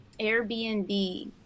Airbnb